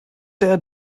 der